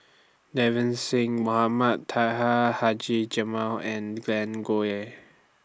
Singh Mohamed Taha Haji Jamil and Glen Goei